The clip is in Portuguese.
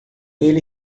ele